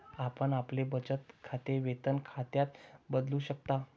आपण आपले बचत खाते वेतन खात्यात बदलू शकता